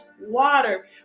water